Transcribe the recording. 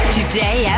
Today